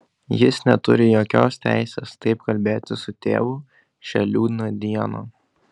jis neturi jokios teisės taip kalbėti su tėvu šią liūdną dieną